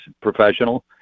professional